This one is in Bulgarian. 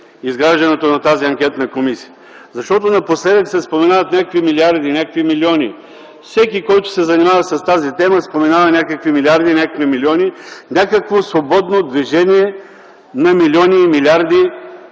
изграждането на тази анкетна комисия. Защото напоследък се споменават някакви милиарди, някакви милиони. Всеки, който се занимава с тази тема, споменава някакви милиарди, някакви милиони, някакво свободно движение на милиони и милиарди,